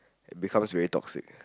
it becomes very toxic